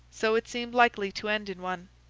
so it seemed likely to end in one.